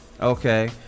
okay